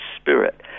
spirit